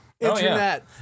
Internet